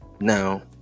Now